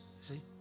See